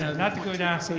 ah not to go down so